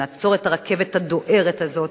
שנעצור את הרכבת הדוהרת הזאת,